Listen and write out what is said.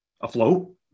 afloat